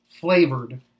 Flavored